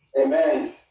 amen